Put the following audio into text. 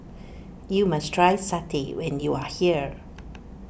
you must try Satay when you are here